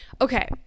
okay